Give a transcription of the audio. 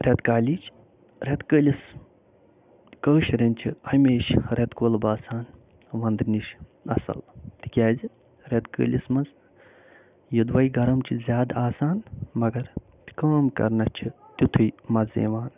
رٮ۪تہٕ کالِچ رٮ۪تہٕ کٲلِس کٲشرٮ۪ن چھِ ہمیشہٕ رٮ۪تہٕ کول باسان ونٛدٕ نِش اصٕل تِکیٛازِ رٮ۪تہٕ کٲلِس منٛز یوٚدوَے گَرم چھُ زیادٕ آسان مگر کٲم کرنس چھِ تیُتھٕے مزٕ یِوان